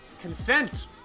Consent